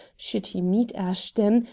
should he meet ashton,